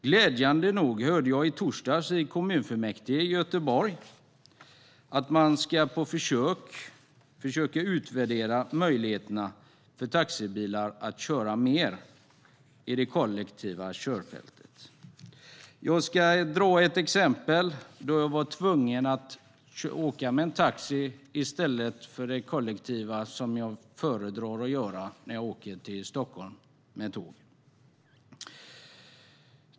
Glädjande nog hörde jag i torsdags i kommunfullmäktige i Göteborg att man på försök ska utvärdera möjligheterna för taxibilar att köra mer i de kollektiva körfälten. Jag ska ge ett exempel när jag var tvungen att åka taxi i stället för kollektivt, som jag föredrar att göra när jag ska åka till Stockholm med tåg.